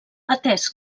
atès